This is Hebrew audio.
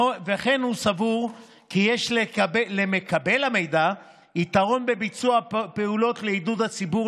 וכן הוא סבור כי יש למקבל המידע יתרון בביצוע פעולות לעידוד הציבור